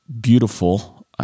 beautiful